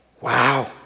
Wow